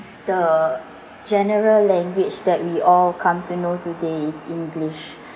the general language that we all come to know today is english